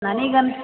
ನನಗೇನು